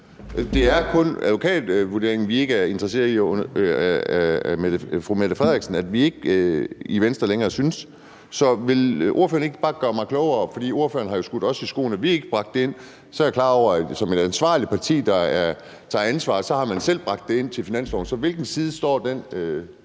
Det er kun advokatvurderingen af statsministeren, som man i Venstre ikke længere synes der skal være. Så vil ordføreren ikke bare gøre mig klogere? For ordføreren har jo skudt os i skoene, at vi ikke bragte det ind, og så er jeg klar over, at som et ansvarligt parti, der tager ansvar, har man selv bragt det ind til finanslovsforhandlingerne. Så hvilken side står den